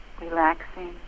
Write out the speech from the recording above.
relaxing